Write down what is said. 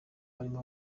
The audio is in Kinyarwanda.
barimo